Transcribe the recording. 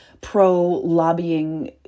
pro-lobbying